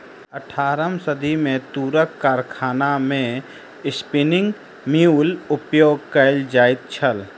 अट्ठारम सदी मे तूरक कारखाना मे स्पिन्निंग म्यूल उपयोग कयल जाइत छल